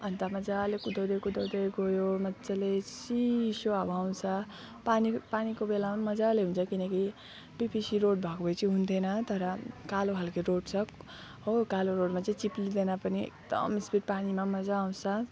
अन्त मजाले कुदाउँदै कुदाउँदै गयो मज्जाले चिसो हावा आउँछ पानीको पानीको बेलामा पनि मजाले हुन्छ किनकि पिपिसी रोड भएको भए चाहिँ हुन्थेन तर कालो खालको रोड छ हो कालो रोडमा चिप्लिँदैन पनि एकदम स्पिड पानीमा पनि मजा आउँछ